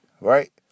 right